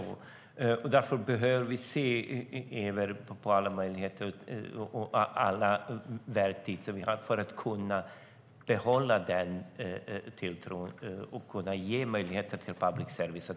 Därför behöver vi se över alla möjligheter och verktyg vi har för att kunna behålla tilltron och ge god public service.